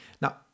now